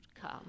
come